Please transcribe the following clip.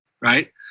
right